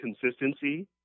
consistency